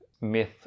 myth